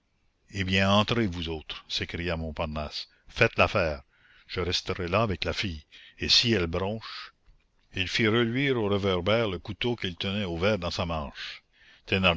eh bien entrez vous autres s'écria montparnasse faites l'affaire je resterai là avec la fille et si elle bronche il fit reluire au réverbère le couteau qu'il tenait ouvert dans sa manche